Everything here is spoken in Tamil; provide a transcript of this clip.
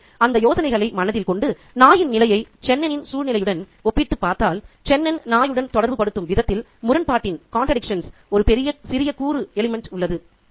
எனவே அந்த யோசனைகளை மனதில் கொண்டு நாயின் நிலைமையை சென்னனின் சூழ்நிலையுடன் ஒப்பிட்டுப் பார்த்தால் சென்னன் நாயுடன் தொடர்புபடுத்தும் விதத்தில் முரண்பாட்டின் ஒரு சிறிய கூறு உள்ளது